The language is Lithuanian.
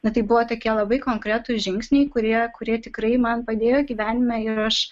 na tai buvo tokie labai konkretūs žingsniai kurie kurie tikrai man padėjo gyvenime ir aš